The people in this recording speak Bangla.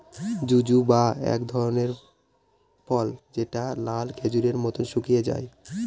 জুজুবা মানে হল এক ধরনের ফল যেটা লাল খেজুরের মত শুকিয়ে যায়